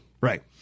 Right